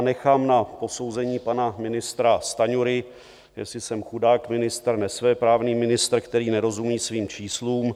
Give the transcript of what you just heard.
Nechám na posouzení pana ministra Stanjury, jestli jsem chudák ministr, nesvéprávný ministr, který nerozumí svým číslům.